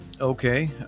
Okay